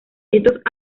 estos